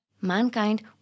Mankind